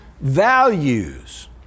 values